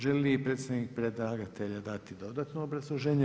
Želi li predstavnik predlagatelja dati dodano obrazloženje?